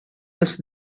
nasıl